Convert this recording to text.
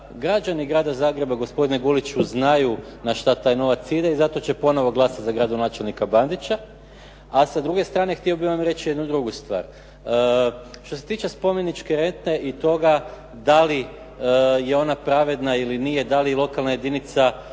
građani Grada Zagreba, gospodine Guliću znaju na što taj novac ide i zato će ponovo glasati za gradonačelnika Bandića. A sa druge strane, htio bih vam reći jednu drugu stvar. Što se tiče spomeničke rente i toga da li je ona pravedna ili nije? Da li lokalna jedinica